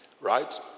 Right